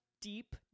deep